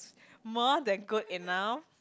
more than good enough